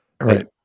Right